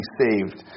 saved